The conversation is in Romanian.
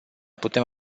putem